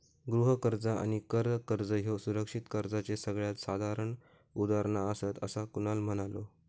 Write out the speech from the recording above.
गृह कर्ज आणि कर कर्ज ह्ये सुरक्षित कर्जाचे सगळ्यात साधारण उदाहरणा आसात, असा कुणाल म्हणालो